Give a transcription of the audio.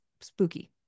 spooky